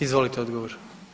Izvolite odgovor.